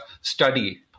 study